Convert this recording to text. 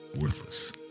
worthless